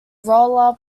roller